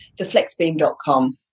Theflexbeam.com